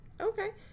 Okay